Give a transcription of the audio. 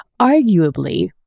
arguably